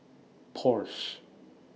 Porsche